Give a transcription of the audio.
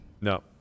No